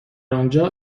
آنجا